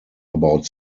about